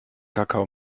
kakao